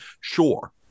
Sure